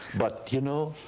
but you know